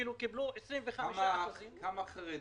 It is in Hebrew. כלומר קיבלו 25% --- כמה חרדים?